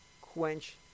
quench